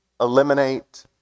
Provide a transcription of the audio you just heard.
eliminate